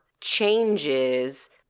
changes